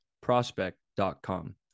prospect.com